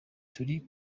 turi